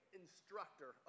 instructor